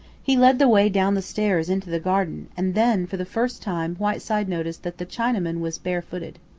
he led the way down the stairs into the garden, and then for the first time whiteside noticed that the chinaman was bare-footed.